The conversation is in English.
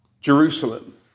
Jerusalem